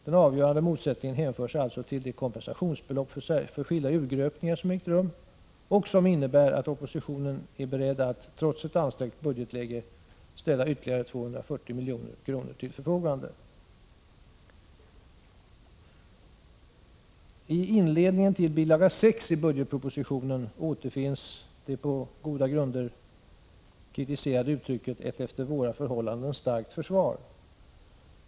Den avgörande motsättningen hänför sig alltså till de kompensationsbelopp för skilda urgröpningar som ägt rum och som innebär att oppositionen är beredd att, trots ett ansträngt budgetläge, ställa ytterligare 240 milj.kr. till förfogande. I inledningen till bil. 6 i budgetpropositionen återfinns det på goda grunder kritiserade uttrycket ”ett efter våra förhållanden starkt försvar”.